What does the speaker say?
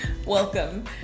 Welcome